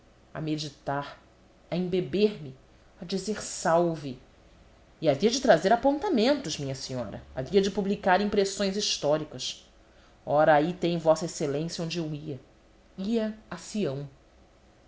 a meditar a embeber me a dizer salve e havia de trazer apontamentos minha senhora havia de publicar impressões históricas ora aí tem vossa excelência onde eu ia ia a